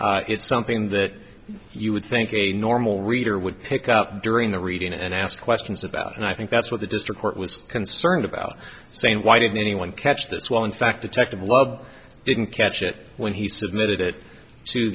face it's something that you would think a normal reader would pick up during the reading and ask questions about it and i think that's what the district court was concerned about saying why didn't anyone catch this while in fact detective love didn't catch it when he submitted it to